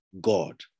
god